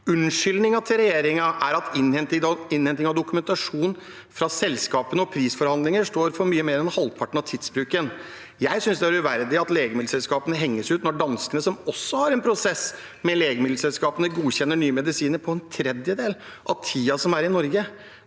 Unnskyldningen til regjeringen er at innhenting av dokumentasjon fra selskapene og prisforhandlinger står for mye mer enn halvparten av tidsbruken. Jeg synes det er uverdig at legemiddelselskapene henges ut når danskene, som også har en prosess med legemiddelselskapene, godkjenner nye medisiner på en tredjedel av tiden sammenlignet